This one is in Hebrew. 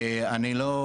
אני לא,